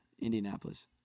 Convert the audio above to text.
Indianapolis